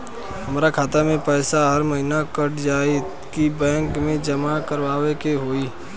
हमार खाता से पैसा हर महीना कट जायी की बैंक मे जमा करवाए के होई?